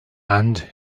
and